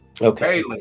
Okay